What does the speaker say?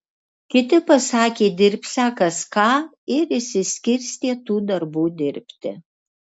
kiti pasakė dirbsią kas ką ir išsiskirstė tų darbų dirbti